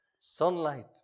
sunlight